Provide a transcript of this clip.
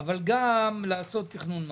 אבל גם לעשות תכנון מס?